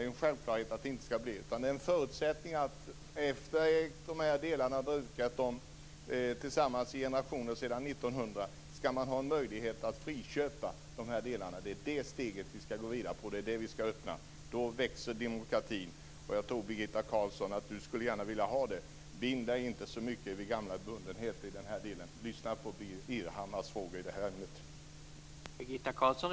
Men efter att ha brukat dessa delar tillsammans i generationer sedan 1900 skall det finnas en möjlighet till friköp. Det är det steget som skall tas. Då växer demokratin. Jag tror att Birgitta Carlsson skulle vilja ha det så och att hon inte skall binda sig så mycket vid det gamla. Lyssna på Irhammar. Det är behövligt.